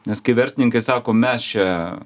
nes kai verslininkai sako mes čia